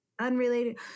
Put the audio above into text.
unrelated